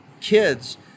kids